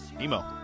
Emo